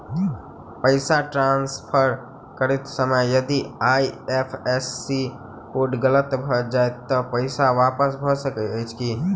पैसा ट्रान्सफर करैत समय यदि आई.एफ.एस.सी कोड गलत भऽ जाय तऽ पैसा वापस भऽ सकैत अछि की?